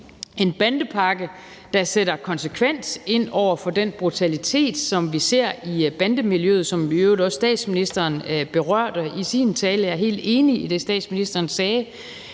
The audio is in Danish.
en bandepakke, der sætter konsekvent ind over for den brutalitet, som vi ser i bandemiljøet – som i øvrigt også statsministeren berørte i sin tale, og jeg er helt enig i det, statsministeren sagde